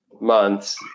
months